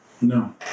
No